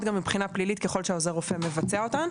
גם מבחינה פלילית ככל שעוזר הרופא מבצע אותן.